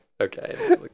Okay